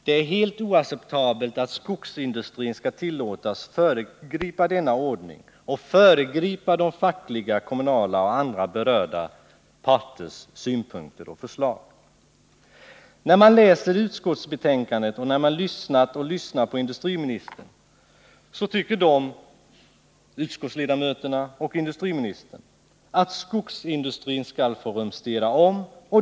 Det är helt oacceptabelt att skogsindustrin skall tillåtas föregripa denna ordning och föregripa fackliga, kommunala och andra berörda parters synpunkter och förslag. När man läser utskottsbetänkandet och lyssnar på industriministern finner man att utskottsledamöterna och industriministern tycker att skogsindustrin skall få rumstera om.